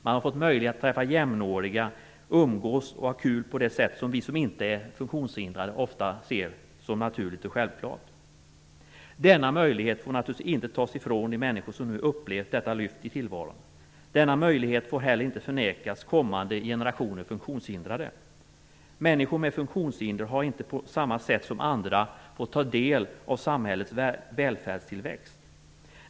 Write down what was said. Man har fått möjlighet att träffa jämnåriga, umgås och ha kul på ett sätt som vi som inte är funktionshindrade ofta ser som naturligt och självklart. Denna möjlighet får naturligtvis inte tas ifrån de människor som nu har upplevt detta lyft i tillvaron. Denna möjlighet får heller inte förnekas kommande generationer funktionshindrade. Människor med funktionshinder har inte på samma sätt som andra fått ta del av samhällets välfärdstillväxt.